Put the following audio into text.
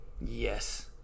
Yes